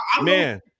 Man